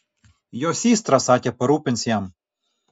jo systra sakė parūpins jam